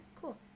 cool